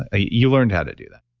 ah you learned how to do that.